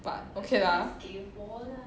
but okay lah